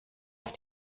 auf